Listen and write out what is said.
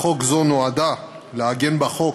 התשע"ו 2016,